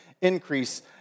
increase